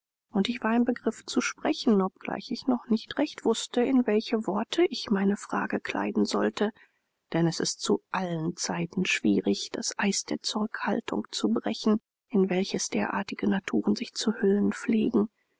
und ich war im begriff zu sprechen obgleich ich noch nicht recht wußte in welche worte ich meine frage kleiden sollte denn es ist zu allen zeiten schwierig das eis der zurückhaltung zu brechen in welches derartige naturen sich zu hüllen pflegen